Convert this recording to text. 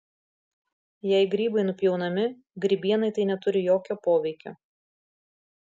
jei grybai nupjaunami grybienai tai neturi jokio poveikio